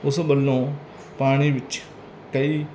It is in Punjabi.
ਉਸ ਵੱਲੋਂ ਪਾਣੀ ਵਿੱਚ ਕਈ